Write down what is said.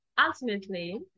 ultimately